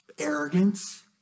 arrogance